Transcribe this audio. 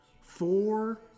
four